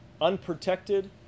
unprotected